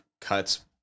cuts